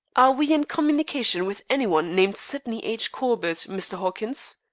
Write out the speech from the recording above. are we in communication with any one named sydney h. corbett, mr. hawkins?